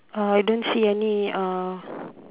uh I don't see any uh